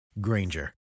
Granger